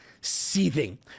seething